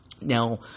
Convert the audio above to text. Now